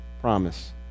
promise